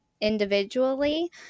individually